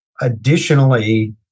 additionally